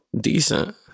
decent